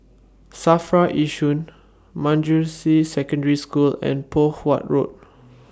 SAFRA Yishun Manjusri Secondary School and Poh Huat Road